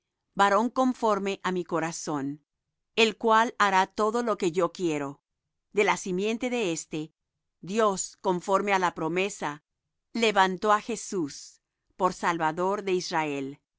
varón conforme á mi corazón el cual hará todo lo que yo quiero de la simiente de éste dios conforme á la promesa levantó á jesús por salvador á israel